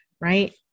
right